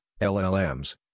LLMs